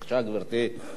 בבקשה, גברתי.